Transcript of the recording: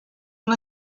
una